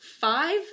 five